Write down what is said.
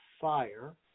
fire